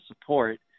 support